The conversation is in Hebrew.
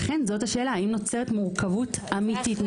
לכן זו השאלה האם נוצרת מורכבות אמיתית?